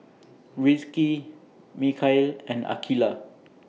Rizqi Mikhail and Aqeelah